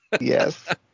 Yes